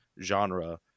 genre